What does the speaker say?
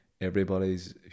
everybody's